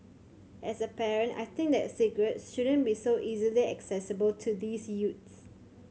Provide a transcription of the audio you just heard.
as a parent I think that cigarettes shouldn't be so easily accessible to these youths